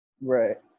right